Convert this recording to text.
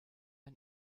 ein